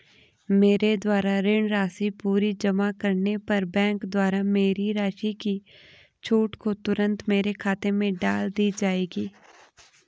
मेरे द्वारा ऋण राशि पूरी जमा करने पर बैंक द्वारा मेरी राशि की छूट को तुरन्त मेरे खाते में डाल दी जायेगी?